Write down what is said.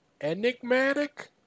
Enigmatic